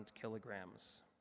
kilograms